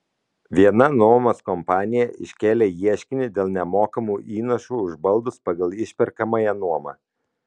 viena nuomos kompanija iškėlė ieškinį dėl nemokamų įnašų už baldus pagal išperkamąją nuomą